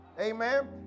Amen